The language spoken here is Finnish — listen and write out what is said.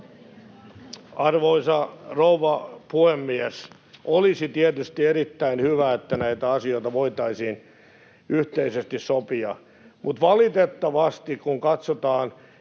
Arvoisa rouva puhemies! Olisi tietysti erittäin hyvä, että näitä asioita voitaisiin yhteisesti sopia, mutta valitettavasti, kun katsotaan